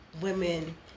women